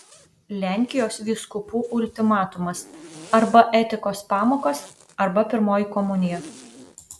lenkijos vyskupų ultimatumas arba etikos pamokos arba pirmoji komunija